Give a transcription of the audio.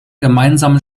gemeinsamen